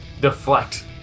deflect